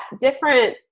different